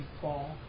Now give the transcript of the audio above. fall